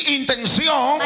intención